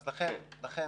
לכן, עפר,